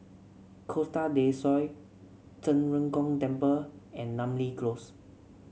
Costa Del Sol Zhen Ren Gong Temple and Namly Close